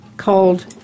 called